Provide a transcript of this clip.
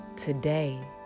Today